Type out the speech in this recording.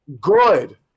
good